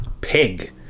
Pig